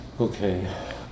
Okay